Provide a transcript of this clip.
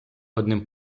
одним